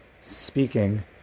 speaking